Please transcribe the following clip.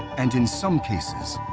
and in some cases,